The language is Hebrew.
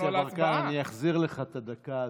חבר הכנסת יברקן, אני אחזיר לך את הדקה הזאת.